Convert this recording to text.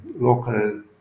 local